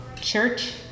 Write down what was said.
Church